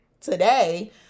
today